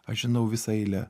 aš žinau visą eilę